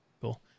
cool